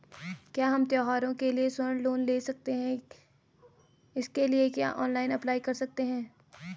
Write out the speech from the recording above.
क्या हम त्यौहारों के लिए स्वर्ण लोन ले सकते हैं इसके लिए क्या ऑनलाइन अप्लाई कर सकते हैं?